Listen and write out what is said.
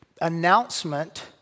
announcement